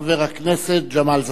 חבר הכנסת ג'מאל זחאלקה.